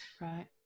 Right